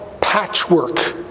patchwork